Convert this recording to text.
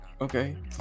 Okay